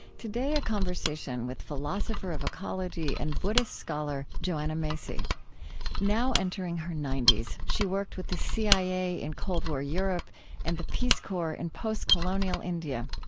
today, a conversation with philosopher of ecology and buddhist scholar, joanna macy now entering her ninety s, she worked with the cia in cold war europe and the peace corps in post-colonial india.